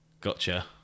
Gotcha